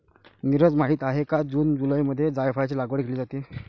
नीरज माहित आहे का जून जुलैमध्ये जायफळाची लागवड केली जाते